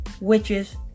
witches